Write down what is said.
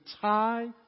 tie